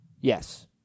Yes